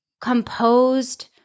composed